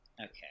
Okay